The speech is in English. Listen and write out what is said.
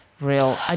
real